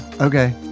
Okay